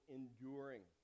enduring